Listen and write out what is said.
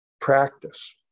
practice